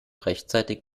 rechtzeitig